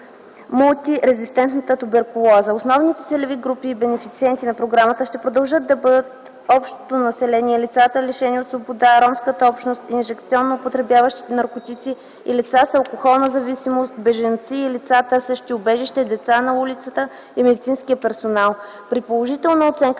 мултирезистентната туберкулоза. Основните целеви групи и бенефициенти на програмата ще продължат да бъдат общото население, лицата, лишени от свобода, ромската общност, инжекционно употребяващите наркотици и лицата с алкохолна зависимост, бежанци и лица, търсещи убежище, деца на улицата и медицинският персонал. При положителна оценка